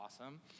awesome